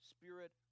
spirit